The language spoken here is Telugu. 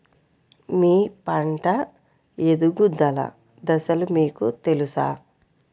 మీ పంట ఎదుగుదల దశలు మీకు తెలుసా?